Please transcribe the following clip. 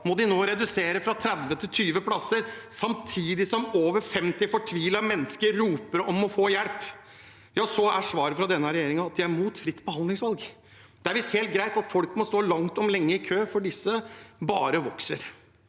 må de nå redusere fra 30 til 20 plasser. Samtidig som over 50 fortvilte mennesker roper om å få hjelp, er svaret fra denne regjeringen at de er imot fritt behandlingsvalg. Det er visst helt greit at folk må stå langt om lenge i kø, for køene bare vokser.